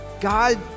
God